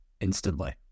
instantly